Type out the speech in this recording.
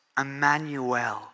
Emmanuel